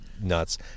nuts